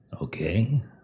Okay